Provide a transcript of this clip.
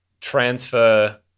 transfer